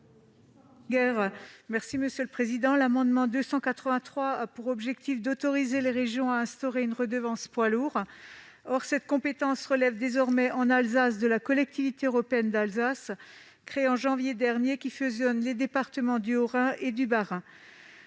Mme Sabine Drexler. L'amendement n° 283 rectifié a pour objectif d'autoriser les régions à instaurer une redevance poids lourds. Or cette compétence relève désormais, en Alsace, de la Collectivité européenne d'Alsace, la CEA, créée en janvier dernier, qui fusionne les départements du Haut-Rhin et du Bas-Rhin.